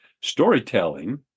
storytelling